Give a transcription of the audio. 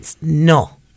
no